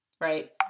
right